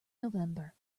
november